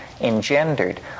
Engendered